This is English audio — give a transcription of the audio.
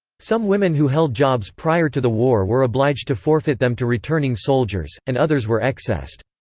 some women who held jobs prior to the war were obliged to forfeit them to returning soldiers, and others were excessed.